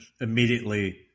immediately